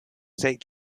state